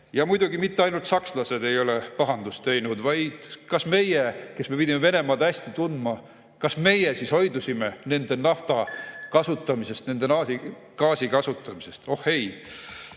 Ja muidugi mitte ainult sakslased ei ole pahandust teinud. Kas meie, kes me pidime Venemaad hästi tundma, hoidusime nende nafta kasutamisest, nende gaasi kasutamisest? Oh ei.